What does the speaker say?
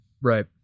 right